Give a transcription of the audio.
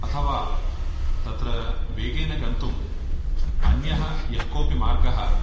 अथवा तत्र वेगेन गन्तुम् अन्यः यः कोऽपि मार्गः